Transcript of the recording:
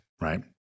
right